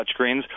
touchscreens